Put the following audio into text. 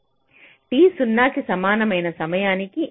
t 0 కి సమానమైన సమయానికి